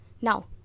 now